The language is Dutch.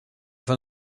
van